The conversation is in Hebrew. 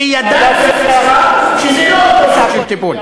שידם קצרה, וזה לא אותו אופן של טיפול.